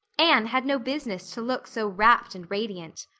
anne had no business to look so rapt and radiant.